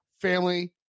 family